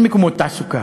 אין מקומות תעסוקה,